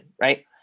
right